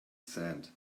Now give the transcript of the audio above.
sand